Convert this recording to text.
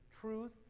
truth